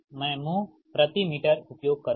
मैं mho प्रति metre उपयोग करूँगा